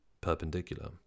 perpendicular